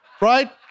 Right